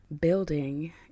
building